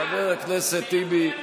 חבר הכנסת טיבי,